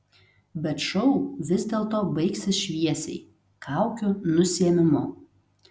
bet šou vis dėlto baigsis šviesiai kaukių nusiėmimu